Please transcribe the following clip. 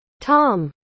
Tom